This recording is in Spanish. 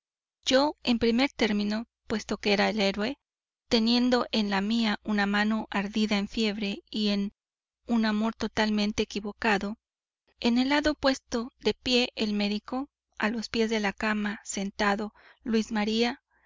yo en primer término puesto que era el héroe teniendo en la mía una mano ardida en fiebre y en un amor totalmente equivocado en el lado opuesto de pie el médico a los pies de la cama sentado luis maría